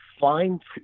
find